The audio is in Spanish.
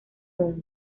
núm